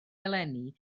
eleni